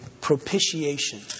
propitiation